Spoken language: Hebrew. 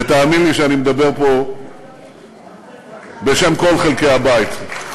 ותאמין לי שאני מדבר פה בשם כל חלקי הבית.